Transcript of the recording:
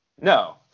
No